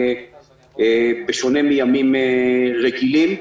בשונה מימים רגילים.